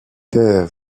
terre